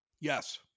Yes